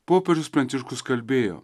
popiežius pranciškus kalbėjo